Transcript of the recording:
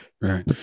Right